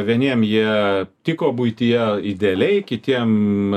vieniem jie tiko buityje idealiai kitiem